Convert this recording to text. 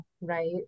right